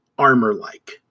armor-like